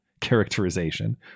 characterization